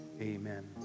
amen